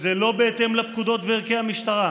וזה לא בהתאם לפקודות וערכי המשטרה.